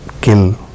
kill